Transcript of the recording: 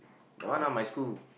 that one ah my school